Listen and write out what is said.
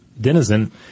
denizen